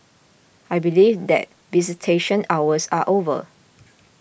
I believe that visitation hours are over